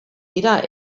dira